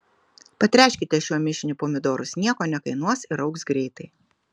patręškite šiuo mišiniu pomidorus nieko nekainuos ir augs greitai